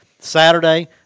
Saturday